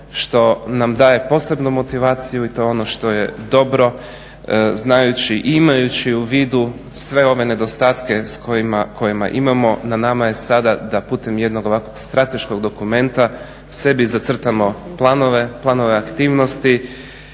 što nam daje posebnu motivaciju i to je ono što je dobro znajući i imajući u vidu sve ove nedostatke koje imamo. Na nama je sada da putem jednog ovakvog strateškog dokumenta sebi zacrtamo planove, planove